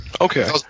okay